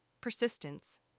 persistence